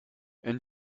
and